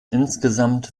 insgesamt